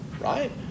right